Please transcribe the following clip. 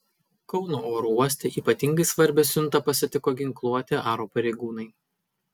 kauno oro uoste ypatingai svarbią siuntą pasitiko ginkluoti aro pareigūnai